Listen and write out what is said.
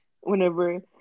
Whenever